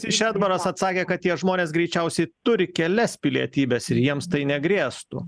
šedbaras atsakė kad tie žmonės greičiausiai turi kelias pilietybes ir jiems tai negrėstų